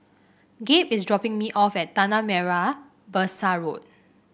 Gabe is dropping me off at Tanah Merah Besar Road